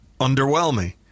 underwhelming